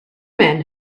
men